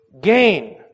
gain